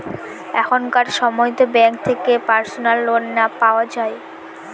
এখনকার সময়তো ব্যাঙ্ক থেকে পার্সোনাল লোন পাওয়া যায়